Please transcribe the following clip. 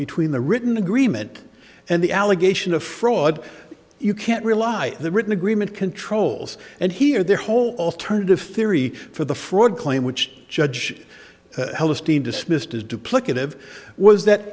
between the written agreement and the allegation of fraud you can't rely on the written agreement controls and here their whole alternative theory for the fraud claim which judge hellerstein dismissed as duplicative was that